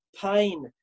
pain